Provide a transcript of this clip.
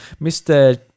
Mr